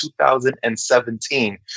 2017